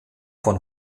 von